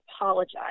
apologize